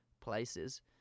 places